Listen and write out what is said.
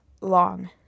long